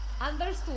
understood